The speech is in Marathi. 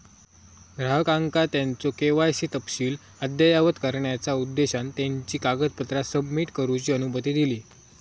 ग्राहकांका त्यांचो के.वाय.सी तपशील अद्ययावत करण्याचा उद्देशान त्यांची कागदपत्रा सबमिट करूची अनुमती दिली